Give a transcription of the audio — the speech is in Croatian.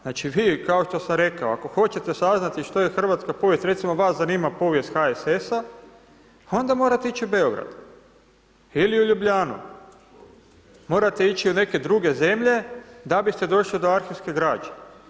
Znači vi kao što sam rekao ako hoćete saznati što je hrvatska povijest, recimo vas zanima povijest HSS-a onda morate ići u Beograd ili u Ljubljanu, morate ići u neke druge zemlje da biste došli do arhivske građe.